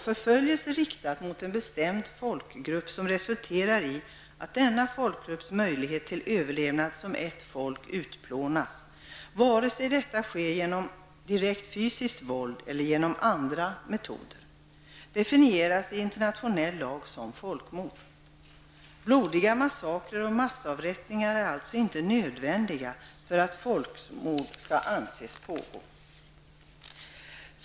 Förföljelse riktad mot en bestämd folkgrupp som resulterar i att denna folkgrupps möjlighet till överlevnad som ett folk utplånas, vare sig detta sker genom direkt fysiskt våld eller med andra metoder, definieras i internationell lag som folkmord. Blodiga massakrer och massavrättningar är alltså inte nödvändiga för att folkmord skall anses pågå.